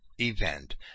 event